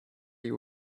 you